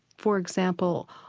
for example,